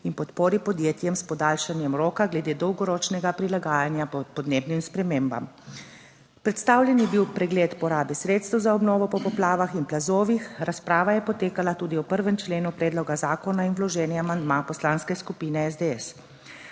in podpori podjetjem s podaljšanjem roka glede dolgoročnega prilagajanja podnebnim spremembam. Predstavljen je bil pregled porabe sredstev za obnovo po poplavah in plazovih, razprava je potekala tudi o 1. členu predloga zakona in vloženi amandma Poslanske skupine SDS.